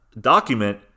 document